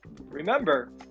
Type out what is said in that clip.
remember